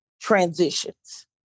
transitions